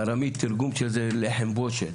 בארמית תרגום של זה, לחם בושת,